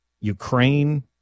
Ukraine